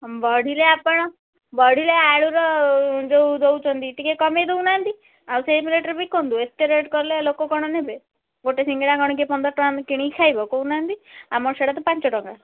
ବଢ଼ିଲେ ଆପଣ ବଢ଼ିଲେ ଆଳୁର ଯୋଉ ଦେଉଛନ୍ତି ଟିକେ କମେଇ ଦେଉନାହାଁନ୍ତି ଆଉ ସେଇ ପ୍ଲେଟ୍ରେ ବିକନ୍ତୁ ଏତେ ରେଟ୍ କଲେ ଲୋକ କ'ଣ ନେବେ ଗୋଟେ ସିଙ୍ଗଡ଼ା କ'ଣ କିଏ ପନ୍ଦରଟଙ୍କା ଦେଇ କିଣିକି ଖାଇବ କହୁନାହଁନ୍ତି ଆମ ସିଆଡ଼େ ତ ପାଞ୍ଚଟଙ୍କା